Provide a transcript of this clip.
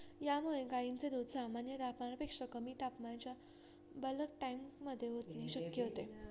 यामुळे गायींचे दूध सामान्य तापमानापेक्षा कमी तापमानाच्या बल्क टँकमध्ये ओतणे शक्य होते